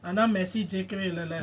ஆனா:ana messi ஜெயிக்கவேஇல்லல:jeikave illala